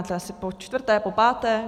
Asi počtvrté, popáté?